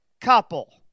couple